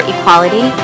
equality